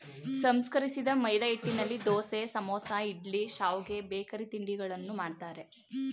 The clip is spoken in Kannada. ಸಂಸ್ಕರಿಸಿದ ಮೈದಾಹಿಟ್ಟಿನಲ್ಲಿ ದೋಸೆ, ಸಮೋಸ, ಇಡ್ಲಿ, ಶಾವ್ಗೆ, ಬೇಕರಿ ತಿಂಡಿಗಳನ್ನು ಮಾಡ್ತರೆ